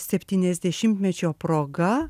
septyniasdešimtmečio proga